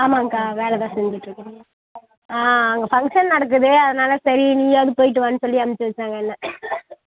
ஆமாங்ககா வேலை தான் செஞ்சிட்டுருக்கறங்கா ஆ அங்கே ஃபங்க்ஷன் நடக்குது அதனால சரி நீயாவது போயிட்டுவான்னு சொல்லி அமிச்சி வச்சாங்க என்ன